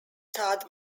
todd